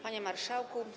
Panie Marszałku!